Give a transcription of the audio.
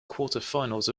quarterfinals